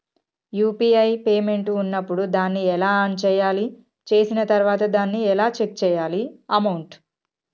UPI payment ఉన్నప్పుడు దాన్ని ఎలా ఆన్ చేయాలి? చేసిన తర్వాత దాన్ని ఎలా చెక్ చేయాలి అమౌంట్?